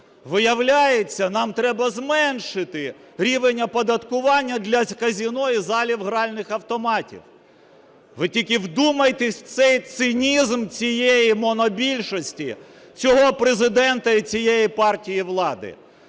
Виявляється, нам треба зменшити рівень оподаткування для казино і залів гральних автоматів. Ви тільки вдумайтесь в цей цинізм цієї монобільшості, цього Президента і цієї партії влади.